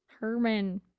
Herman